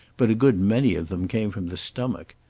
but a good many of them came from the stomach.